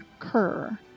occur